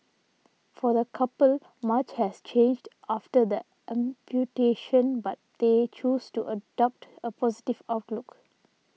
for the couple much has changed after the amputation but they choose to adopt a positive outlook